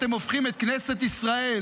אתם הופכים את כנסת ישראל